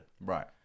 Right